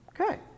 Okay